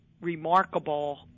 remarkable